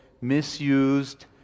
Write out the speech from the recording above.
misused